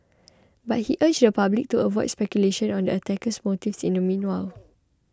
but he urged the public to avoid speculation on the attacker's motives in the meanwhile